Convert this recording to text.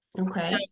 Okay